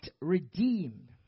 redeemed